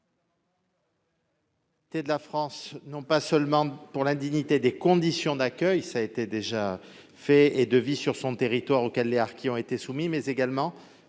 ...